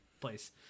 place